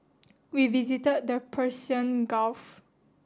we visited the Persian Gulf